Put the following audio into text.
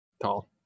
tall